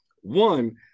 One